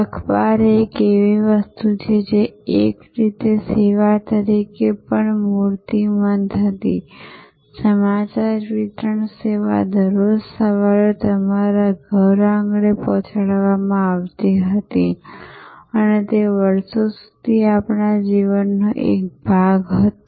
અખબાર એક એવી વસ્તુ હતી જે એક રીતે સેવા તરીકે પણ મૂર્તિમંત હતી સમાચાર વિતરણ સેવા દરરોજ સવારે તમારા ઘરઆંગણે પહોંચાડવામાં આવતી હતી અને તે વર્ષો સુધી આપણા જીવનનો એક ભાગ હતો